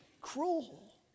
cruel